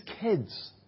kids